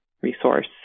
resource